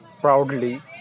proudly